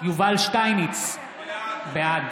יובל שטייניץ, בעד